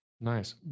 nice